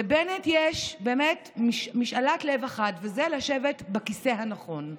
לבנט יש באמת משאלת לב אחת, וזה לשבת בכיסא הנכון,